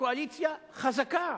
קואליציה חזקה,